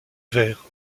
vert